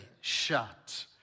shut